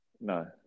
No